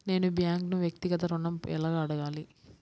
నేను బ్యాంక్ను వ్యక్తిగత ఋణం ఎలా అడగాలి?